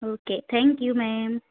okay thank you ma'am